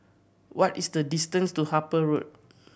what is the distance to Harper Road